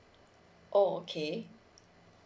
oh okay